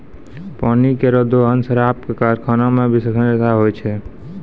पानी केरो दोहन शराब क कारखाना म भी सबसें जादा होय छै